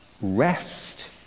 rest